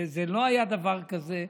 לא היה דבר כזה.